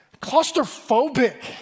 claustrophobic